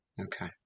Okay